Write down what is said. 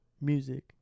Music